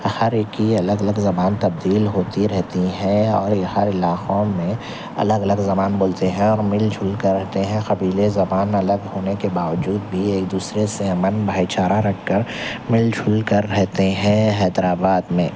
ہر ایک کی الگ الگ زبان تبدیل ہوتی رہتی ہے اور ہر علاقوں میں الگ الگ زبان بولتے ہیں اور مل جل کر رہتے ہیں قبیلے زبان الگ ہونے کے باوجود بھی ایک دوسرے سے امن بھائی چارہ رکھ کر مل جل کر رہتے ہیں حیدر آباد میں